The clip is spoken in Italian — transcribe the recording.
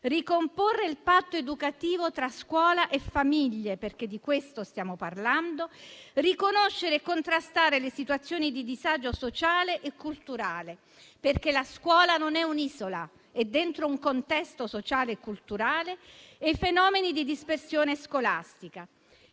ricomporre il patto educativo tra scuola e famiglie (perché di questo stiamo parlando), riconoscere e contrastare le situazioni di disagio sociale e culturale (perché la scuola non è un'isola, ma è dentro un contesto sociale e culturale) e i fenomeni di dispersione scolastica.